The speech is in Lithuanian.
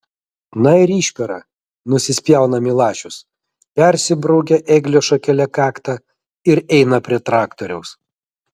na ir išpera nusispjauna milašius persibraukia ėglio šakele kaktą ir eina prie traktoriaus